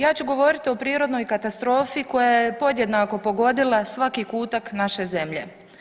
Ja ću govoriti o prirodnoj katastrofi koja je podjednako pogodila svaki kutak naše zemlje.